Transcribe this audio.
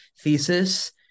thesis